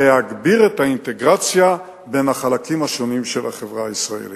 להגביר את האינטגרציה בין החלקים השונים של החברה הישראלית.